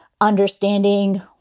Understanding